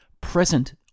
Present-